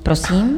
Prosím.